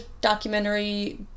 documentary